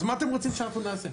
אז מה אתם רוצים שאנחנו נעשה?